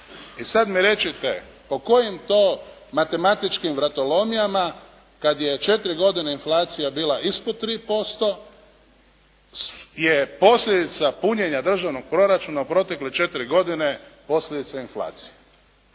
I sad mi recite po kojim to matematičkim vratolomijama kad je 4 godine inflacija bila ispod 3% je posljedica punjenja državnog proračuna u protekle 4 godine posljedica inflacije?